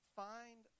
find